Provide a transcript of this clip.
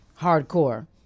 hardcore